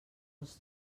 els